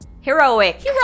Heroic